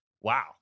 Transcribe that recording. Wow